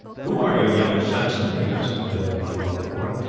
who are you, young saxon? he asked as edmund was brought before him,